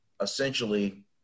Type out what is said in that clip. essentially